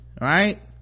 right